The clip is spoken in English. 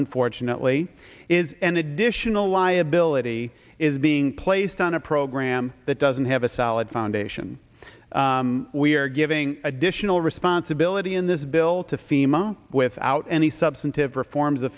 unfortunately is an additional liability is being placed on a program that doesn't have a solid foundation we are giving additional responsibility in this bill to fema without any substantive reforms